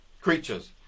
creatures